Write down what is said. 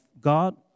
God